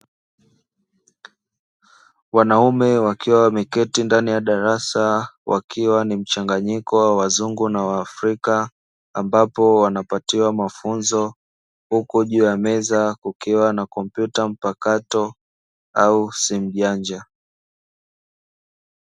Wanaume wakiwa wameketi ndani ya darasa wakiwa ni mchanganyiko wa wazungu na waafrika ambapo wanapatiwa mafunzo huku juu ya meza kukiwa na kompyuta mpakato au simu janja.